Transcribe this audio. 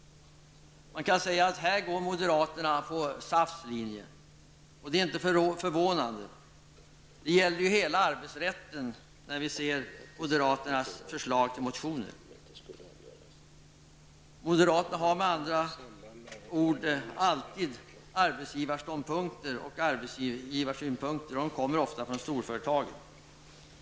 Vi kan säga att moderaterna här går på SAFs linje, och det är inte förvånande. Moderaternas förslag i motioner gäller ju hela arbetsrätten. Moderaterna har med andra ord alltid arbetsgivarståndpunkter och arbetsgivarsynpunkter; de kommer ofta från storföretagen.